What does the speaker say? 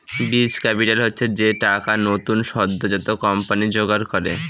বীজ ক্যাপিটাল হচ্ছে যে টাকা নতুন সদ্যোজাত কোম্পানি জোগাড় করে